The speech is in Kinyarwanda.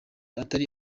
atari